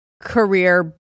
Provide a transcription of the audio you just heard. career